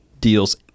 deals